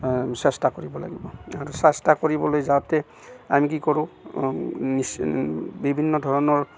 চেষ্টা কৰিব লাগিব আৰু চেষ্টা কৰিবলৈ যাওঁতে আমি কি কৰো বিভিন্ন ধৰণৰ